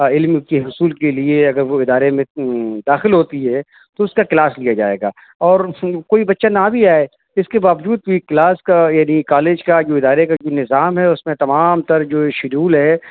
علم کی حصول کے لیے اگر وہ ادارے میں داخل ہوتی ہے تو اس کا کلاس لیا جائے گا اور کوئی بچہ نہ بھی آئے اس کے باوجود بھی کلاس کا یعنی کالج کا جو ادارے کا جو نظام ہے اس میں تمام تر جو شیڈیول ہے